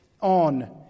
on